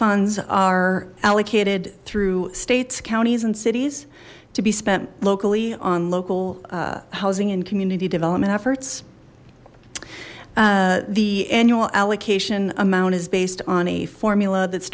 funds are allocated through states counties and cities to be spent locally on local housing and community development efforts the annual allocation amount is based on a formula that's